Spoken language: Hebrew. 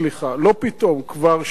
כבר שנתיים ימים,